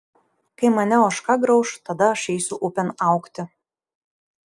kai mane ožka grauš tada aš eisiu upėn augti